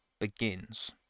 begins